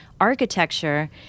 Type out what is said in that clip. architecture